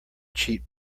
cheat